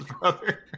brother